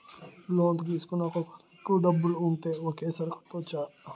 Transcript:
Loan తీసుకున్నాక ఒకవేళ ఎక్కువ డబ్బులు ఉంటే ఒకేసారి కట్టవచ్చున?